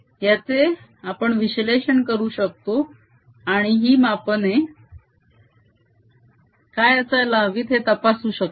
आपण याचे विश्लेषण करू शकतो आणि ही मापाने काय असायला हवीत हे तपासू शकतो